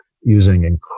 using